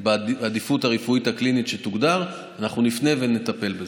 בעדיפות הרפואית הקלינית שתוגדר אנחנו נפנה ונטפל בזה.